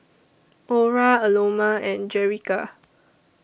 Orra Aloma and Jerica